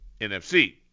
NFC